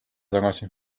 tagasi